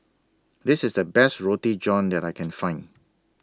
This IS The Best Roti John that I Can Find